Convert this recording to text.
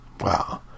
wow